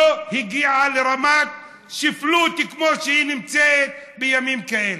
לא הגיעה לרמת שפלות כמו שהיא נמצאת בימים האלו.